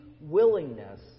willingness